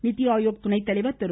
நிதி ஆயோக் துணை தலைவர் திரு